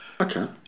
Okay